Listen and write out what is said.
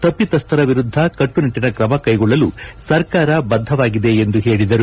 ತಪ್ಪಿತಸ್ಥರ ವಿರುದ್ಧ ಕಟ್ಟುನಿಟ್ಟಿನ ತ್ರಮ ಕೈಗೊಳ್ಳಲು ಸರ್ಕಾರ ಬದ್ಧವಾಗಿದೆ ಎಂದು ಹೇಳಿದರು